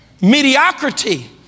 Mediocrity